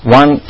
one